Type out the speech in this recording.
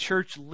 Church